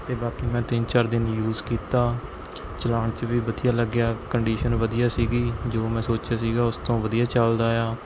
ਅਤੇ ਬਾਕੀ ਮੈਂ ਤਿੰਨ ਚਾਰ ਦਿਨ ਯੂਜ਼ ਕੀਤਾ ਚਲਾਣ 'ਚ ਵੀ ਵਧੀਆ ਲੱਗਿਆ ਕੰਡੀਸ਼ਨ ਵਧੀਆ ਸੀ ਜੋ ਮੈਂ ਸੋਚਿਆ ਸੀ ਉਸ ਤੋਂ ਵਧੀਆ ਚੱਲਦਾ ਹੈ